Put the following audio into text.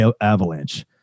avalanche